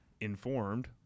informed